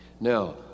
Now